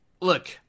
look